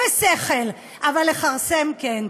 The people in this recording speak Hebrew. אפס שכל, אבל לכרסם כן.